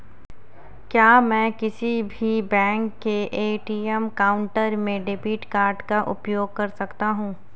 क्या मैं किसी भी बैंक के ए.टी.एम काउंटर में डेबिट कार्ड का उपयोग कर सकता हूं?